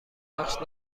بخش